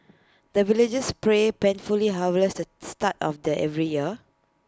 the villagers pray pen fully harvest at start of the every year